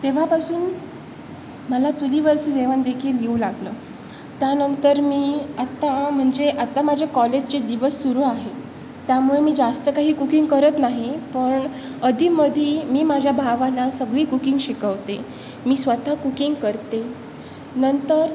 तेव्हापासून मला चुलीवरचं जेवण देखील येऊ लागलं त्यानंतर मी आता म्हणजे आता माझ्या कॉलेजचे दिवस सुरू आहेत त्यामुळे मी जास्त काही कुकिंग करत नाही पण अधेमध्ये मी माझ्या भावाला सगळी कुकिंग शिकवते मी स्वत कुकिंग करते नंतर